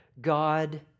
God